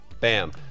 Bam